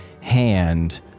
hand